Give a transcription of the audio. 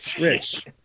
Rich